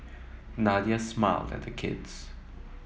Nadia smiled at the kids